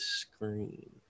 screen